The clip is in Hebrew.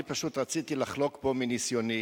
אני פשוט רציתי לחלוק פה מניסיוני.